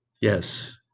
yes